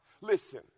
Listen